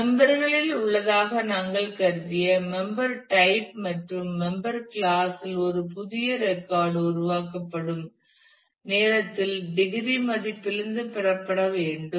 member ளில் உள்ளதாக நாங்கள் கருதிய மெம்பர் டைப் மற்றும் மெம்பர் கிளாஸ் இல் ஒரு புதிய ரெக்கார்டு உருவாக்கப்படும் நேரத்தில் டிகிரி மதிப்பிலிருந்து பெறப்பட வேண்டும்